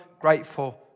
grateful